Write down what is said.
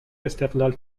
استقلال